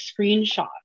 screenshot